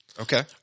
Okay